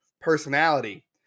personality